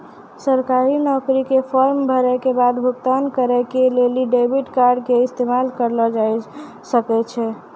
सरकारी नौकरी के फार्म भरै के बाद भुगतान करै के लेली डेबिट कार्डो के इस्तेमाल करलो जाय सकै छै